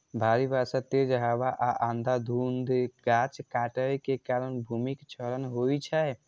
भारी बर्षा, तेज हवा आ अंधाधुंध गाछ काटै के कारण भूमिक क्षरण होइ छै